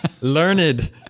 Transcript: Learned